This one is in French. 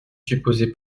supposé